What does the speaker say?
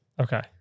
Okay